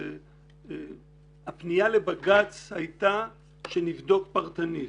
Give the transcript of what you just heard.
הפניה לבג"ץ הייתה שנבדוק פרטנית.